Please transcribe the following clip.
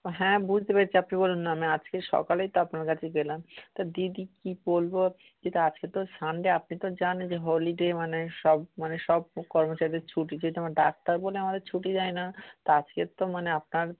হ্যাঁ বুঝতে পেরেছি আপনি বলুন না আমি আজকে সকালেই তো আপনার কাছে গেলাম তা দিদি কী বলব যেহেতু আজকে তো সানডে আপনি তো জানেন যে হলিডে মানে সব মানে সব কর্মচারীদের ছুটি যেহেতু আমরা ডাক্তার বলে আমাদের ছুটি দেয় না তা আজকের তো মানে আপনার